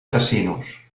casinos